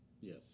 Yes